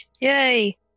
Yay